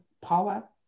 power